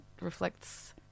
reflects